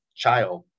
Child